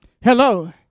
Hello